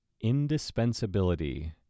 indispensability